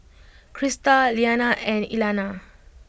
Krysta Leanna and Elena